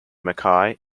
mackaye